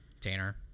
Tanner